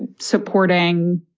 and supporting